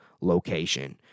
location